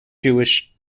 jewish